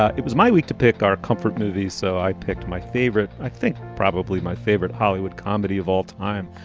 ah it was my week to pick our comfort movie. so i picked my favorite, i think probably my favorite hollywood comedy of all time,